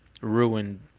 ruined